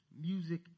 Music